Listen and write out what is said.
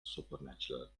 supernatural